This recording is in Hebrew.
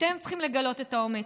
אתם צריכים לגלות את האומץ,